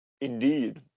Indeed